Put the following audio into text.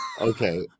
Okay